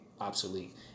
obsolete